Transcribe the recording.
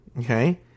Okay